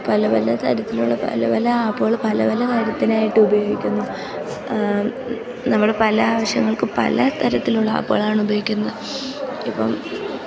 പല പല തരത്തിലുള്ള പല പല ആപ്പുകൾ പല പല കാര്യത്തിനായിട്ട് ഉപയോഗിക്കുന്നു നമ്മുടെ പല ആവശ്യങ്ങൾക്കും പല തരത്തിലുള്ള ആപ്പുകളാണുപയോഗിക്കുന്നത് ഇപ്പം